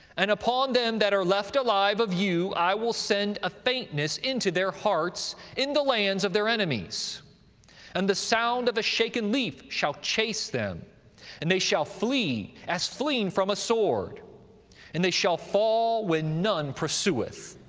and upon them that are left alive of you i will send a faintness into their hearts in the lands of their enemies and the sound of a shaken leaf shall chase them and they shall flee, as fleeing from a sword and they shall fall when none pursueth.